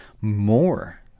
more